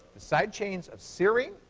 side chains of serine,